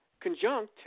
conjunct